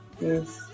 Yes